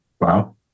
Wow